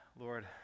lord